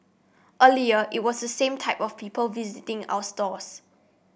earlier it was the same type of people visiting our stores